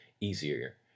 easier